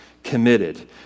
committed